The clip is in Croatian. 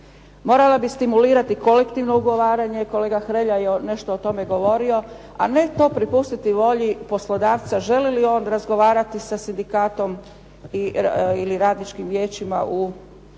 Morala bi stimulirati kolektivno ugovaranje, kolega Hrelja je nešto o tome govorio, a ne to prepustiti volji poslodavca želi li on razgovarati sa sindikatom ili radničkim vijećima u svojoj